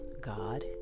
God